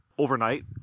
overnight